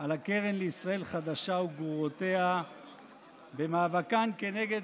על הקרן לישראל חדשה וגרורותיה במאבקן כנגד